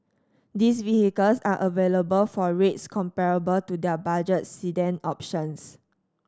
these vehicles are available for rates comparable to their budget sedan options